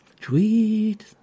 Tweet